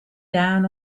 down